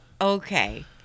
Okay